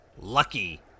lucky